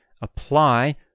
apply